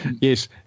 yes